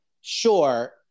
sure